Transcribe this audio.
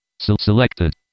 selected